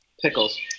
Pickles